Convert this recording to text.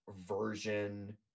version